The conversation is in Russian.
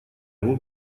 его